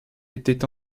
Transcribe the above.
était